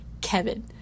kevin